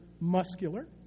muscular